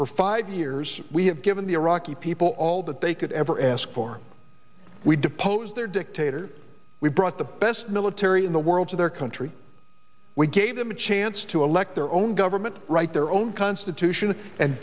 for five years we have given the iraqi people all that they could ever ask for we deposed their dictator we brought the best military in the world to their country we gave them a chance to elect their own government write their own constitution and